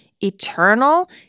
eternal